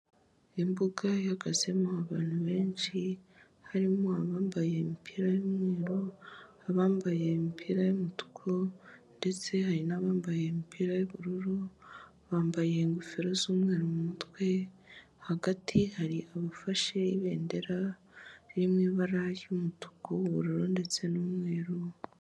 Imbuga ihagazemo abantu benshi harimo abambaye imipira y'umweru, abambaye imipira y'umutuku ndetse hari n'abambaye imipira y'ubururu, bambaye ingofero z'umweru mu mutwe, hagati hari abafashe ibendera riri mu ibara ry'umutuku, ubururu ndetse n'umweru.